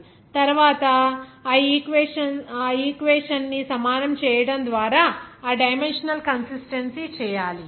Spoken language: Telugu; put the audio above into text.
ఆ తరువాత ఆ ఈక్వేషన్ ని సమానం చేయడం ద్వారా ఆ డైమెన్షనల్ కన్సిస్టెన్సీ చేయాలి